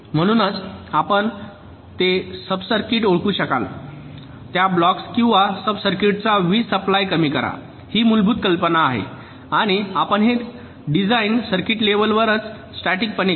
म्हणूनच जर आपण ते सब सर्किट्स ओळखू शकलात तर त्या ब्लॉक्स किंवा सब सर्किट्सचा वीजसप्लाय कमी करा ही मूलभूत कल्पना आहे आणि आपण हे डिझाइन लेवलवरच स्टॅटिकपणे करता